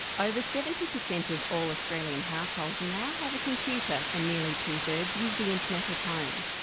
over seventy percent of all australian households now have a computer and nearly two-thirds use the internet at home.